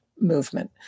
movement